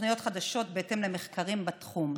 תוכניות חדשות בהתאם למחקרים בתחום.